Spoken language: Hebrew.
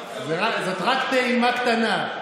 זאת רק טעימה קטנה.